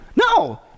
no